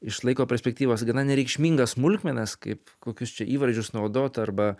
iš laiko perspektyvos gana nereikšmingas smulkmenas kaip kokius čia įvardžius naudot arba